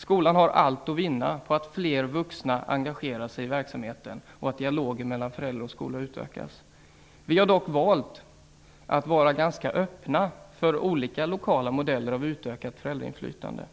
Skolan har allt att vinna på att fler vuxna engagerar sig i verksamheten och att dialogen mellan föräldrar och skola utökas. Vi har dock valt att vara ganska öppna för olika lokala modeller av utökat föräldrainflytande.